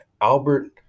albert